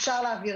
אנחנו מחלקים